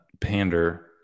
pander